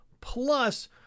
Plus